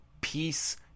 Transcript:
Peace